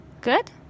good